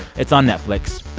it's on netflix.